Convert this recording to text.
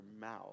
mouth